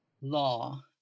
law